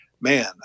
man